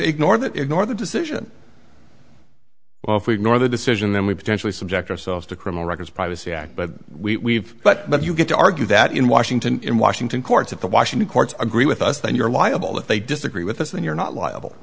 ignore that ignore the decision well if we ignore the decision then we potentially subject ourselves to criminal records privacy act but we but but you get to argue that in washington in washington courts of the washington courts agree with us then you're liable if they disagree with us and you're not liable